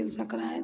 तील सङ्क्राति